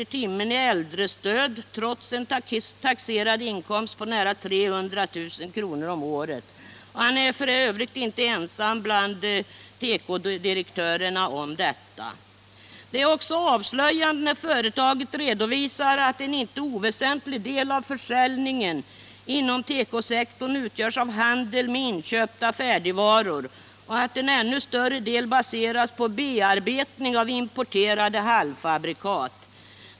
i timmen i äldrestöd trots en taxerad inkomst på nära 300 000 kr. om året. Han är f. ö. inte ensam bland tekodirektörerna om detta. Det är också avslöjande när företaget redovisar att en inte oväsentlig del av försäljningen inom tekosektorn utgörs av handel med inköpta färdigvaror och att en ännu större del baseras på bearbetning av importerade halvfabrikat.